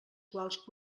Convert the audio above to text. quals